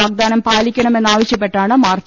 വാഗ്ദാനം പാലിക്കണമെന്നാവശ്യപ്പെട്ടാണ് മാർച്ച്